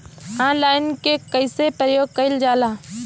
Online के कइसे प्रयोग कइल जाला?